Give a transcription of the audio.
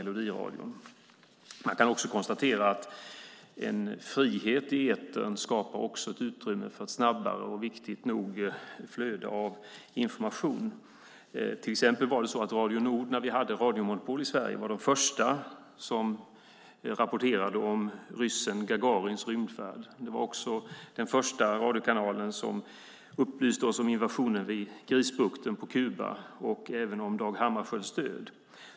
Vi kan också konstatera att frihet i etern skapar ett utrymme för ett viktigt snabbare flöde av information. När vi hade radiomonopol i Sverige var Radio Nord den första som rapporterade om ryssen Gagarins rymdfärd. Det var också den första radiokanalen som upplyste oss om invasionen vid Grisbukten på Kuba och även om Dag Hammarskjölds död.